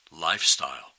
lifestyle